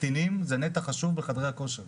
הקטינים זה נתח חשוב בחדרי הכושר.